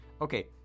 Okay